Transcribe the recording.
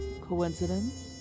Coincidence